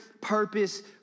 purpose